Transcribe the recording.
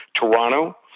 Toronto